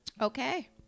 Okay